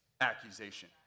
accusation